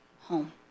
home